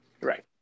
Right